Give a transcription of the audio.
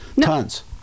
Tons